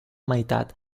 meitat